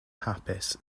hapus